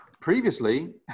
previously